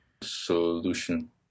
solution